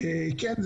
כן.